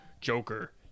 Joker